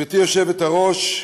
גברתי היושבת-ראש,